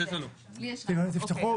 אוקיי.